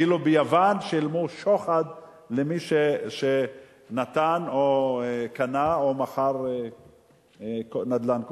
כאילו ביוון שילמו שוחד למי שנתן או קנה או מכר נדל"ן כלשהו.